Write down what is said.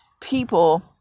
people